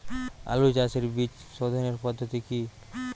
আলু চাষের বীজ সোধনের পদ্ধতি কি?